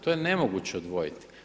To je nemoguće odvojiti.